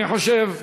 אני חושב.